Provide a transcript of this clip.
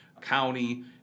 county